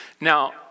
Now